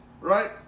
right